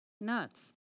Nuts